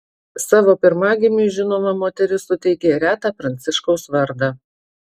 savo pirmagimiui žinoma moteris suteikė retą pranciškaus vardą